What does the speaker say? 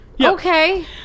okay